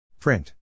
Print